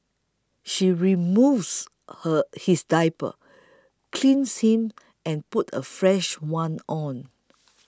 she removes her his diaper cleans him and puts a fresh one on